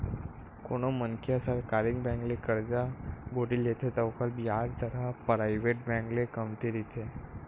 कोनो मनखे ह सरकारी बेंक ले करजा बोड़ी लेथे त ओखर बियाज दर ह पराइवेट बेंक ले कमती रहिथे